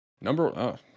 Number